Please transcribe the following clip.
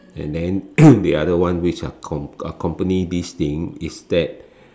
and then the other one which accom~ accompany this thing is that